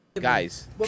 guys